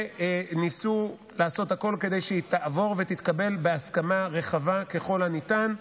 וניסו לעשות הכול כדי שהיא תעבור ותתקבל בהסכמה רחבה ככל הניתן,